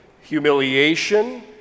humiliation